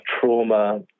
trauma